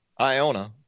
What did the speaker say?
Iona